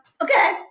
Okay